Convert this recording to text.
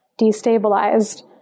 destabilized